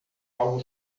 algo